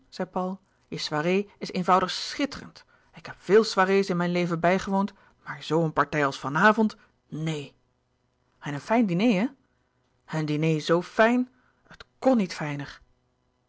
soirée is eenvoudig schitterend ik heb veel soirées in mijn leven bijgewoond maar zoo een partij als van avond neen en een fijn diner hè een diner zoo fijn het kon niet